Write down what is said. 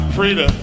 Frida